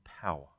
power